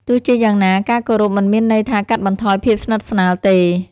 ទោះជាយ៉ាងណា ការគោរពមិនមានន័យថាកាត់បន្ថយភាពស្និទ្ធស្នាលទេ។